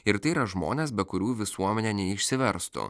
ir tai yra žmonės be kurių visuomenė neišsiverstų